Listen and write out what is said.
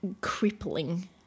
crippling